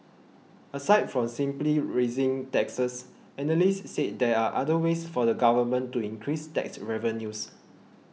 aside from simply raising taxes analysts said there are other ways for the government to increase tax revenues